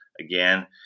again